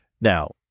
Now